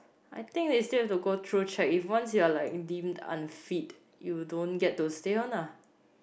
I think it is just to go through check if once you are like deemed unfit you don't get those stay one ah